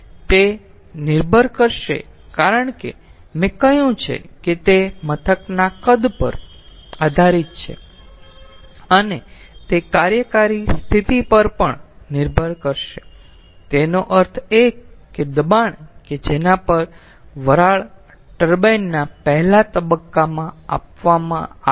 તે નિર્ભર કરશે કારણ કે મેં કહ્યું છે કે તે મથકના કદ પર આધારિત છે અને તે કાર્યકારી સ્થિતિ પર પણ નિર્ભર કરશે તેનો અર્થ એ કે દબાણ કે જેના પર વરાળ ટર્બાઇન ના પહેલા તબક્કામાં આપવામાં આવે છે